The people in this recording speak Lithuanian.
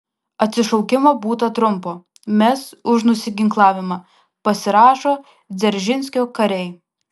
atsišaukimo būta trumpo mes už nusiginklavimą pasirašo dzeržinskio kariai